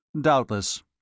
Doubtless